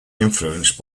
influenced